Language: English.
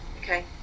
Okay